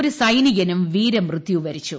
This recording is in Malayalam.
ഒരു സൈനികനും വീരമൃത്യു വരിച്ചു